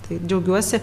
tai džiaugiuosi